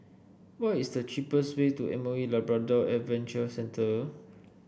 what is the cheapest way to M O E Labrador Adventure Centre